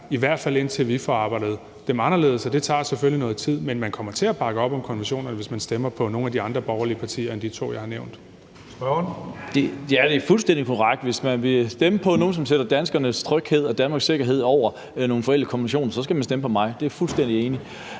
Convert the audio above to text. hvert fald indtil vi får gjort dem anderledes, og det tager selvfølgelig noget tid. Men man kommer til at bakke op om konventionerne, hvis man stemmer på nogle af de andre borgerlige partier end de to, jeg har nævnt. Kl. 11:16 Tredje næstformand (Karsten Hønge): Spørgeren. Kl. 11:16 Lars Boje Mathiesen (UFG): Ja, det er fuldstændig korrekt, at hvis man vil stemme på nogen, som sætter danskernes tryghed og Danmarks sikkerhed over nogle forældede konventioner, så skal man stemme på mig. Det er jeg fuldstændig enig